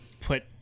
put